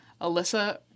Alyssa